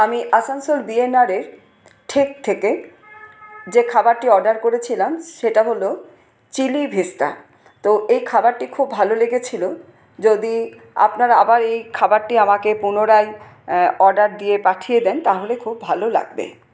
আমি আসানসোল বিএনআরের ঠেক থেকে যে খাবারটি অর্ডার করেছিলাম সেটা হল চিলি ভেস্তা তো এই খাবারটি খুব ভালো লেগেছিল যদি আপনারা আবার এই খাবারটি আমাকে পুনরায় অর্ডার দিয়ে পাঠিয়ে দেন তাহলে খুব ভালো লাগবে